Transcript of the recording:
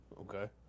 okay